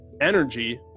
energy